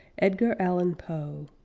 edgar allan poe